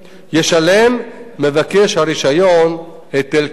ישלם מבקש הרשיון היטל כספי.